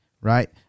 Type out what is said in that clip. right